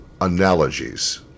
analogies